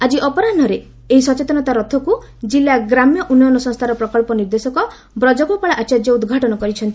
ଆକି ଅପରାହ୍ନରେ ଏହି ସଚେତନତା ରଥକୁ ଜିଲ୍ଲା ଗ୍ରାମ୍ୟ ଉନ୍ନୟନ ସଂସ୍କାର ପ୍ରକଳ୍ ନିର୍ଦ୍ଦେଶକ ବ୍ରଜଗୋପାଳ ଆଚାର୍ଯ୍ୟ ଉଦ୍ଘାଟନ କରିଛନ୍ତି